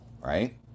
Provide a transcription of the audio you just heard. right